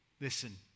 Listen